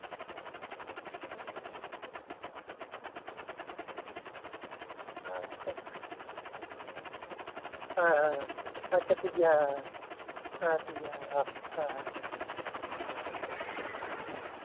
ᱟᱪᱪᱷᱟ ᱟᱪᱪᱷᱟ ᱦᱮᱸ ᱦᱮᱸ ᱦᱮᱸ ᱟᱪᱪᱷᱟ ᱴᱷᱤᱠᱜᱮᱭᱟ ᱦᱮᱸ ᱦᱮᱸ ᱴᱷᱤᱠᱜᱮᱭᱟ ᱦᱮᱸ